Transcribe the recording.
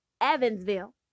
Evansville